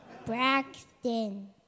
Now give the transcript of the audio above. Braxton